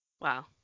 Wow